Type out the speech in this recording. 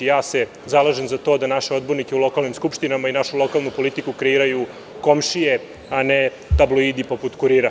Zalažem se za to da naše odbornike u lokalnim skupštinama našu lokalnu politiku kreiraju komšije, a ne tabloidi poput „Kurira“